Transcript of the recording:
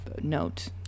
note